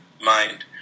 mind